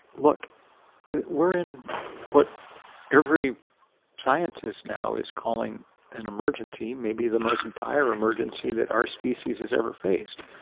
look we're in what every scientist now is calling an emergency maybe the most dire emergency that our species has ever faced.